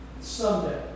Someday